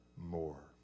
More